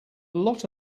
lot